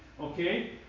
okay